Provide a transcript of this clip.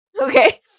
Okay